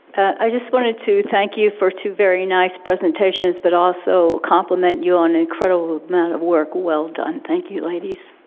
i just wanted to thank you for two very nice presentations but also compliment you on incredible amount of work, well done. thank you, ladies.